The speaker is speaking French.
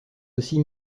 aussi